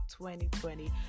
2020